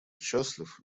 счастлив